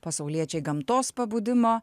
pasauliečiai gamtos pabudimo